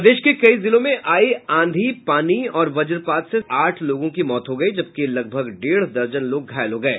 प्रदेश के कई जिलो में आयी आंधी पानी और वज्रपात से आठ लोगों की मौत हो गयी जबकि लगभग डेढ़ दर्जन लोग घायल हो गये